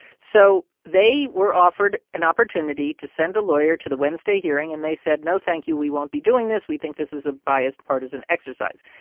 so they were offered an opportunity to send a lawyer to the wednesday hearing, and they said, no, thank you, we won't be doing this. we think this is a biased partisan exercise.